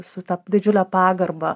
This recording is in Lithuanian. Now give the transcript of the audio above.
su ta didžiule pagarba